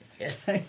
Yes